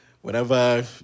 Whenever